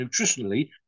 nutritionally